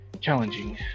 challenging